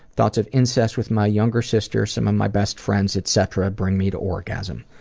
thoughts of incest with my younger sister, some of my best friends, etc, bring me to orgasm.